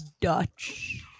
Dutch